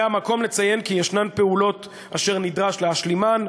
זה המקום לציין כי יש פעולות שנדרש להשלימן,